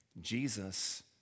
Jesus